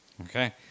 Okay